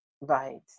right